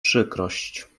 przykrość